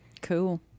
Cool